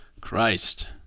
Christ